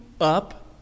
up